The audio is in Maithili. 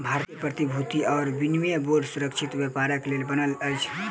भारतीय प्रतिभूति आ विनिमय बोर्ड सुरक्षित व्यापारक लेल बनल अछि